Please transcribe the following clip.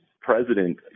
president